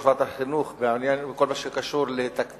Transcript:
ועדת החינוך בעניין כל מה שקשור לתעדוף